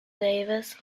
davis